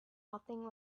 nothing